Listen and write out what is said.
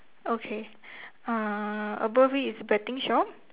okay uh above it is betting shop